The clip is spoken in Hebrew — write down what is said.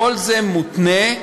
כל זה מותנה,